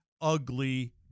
ugly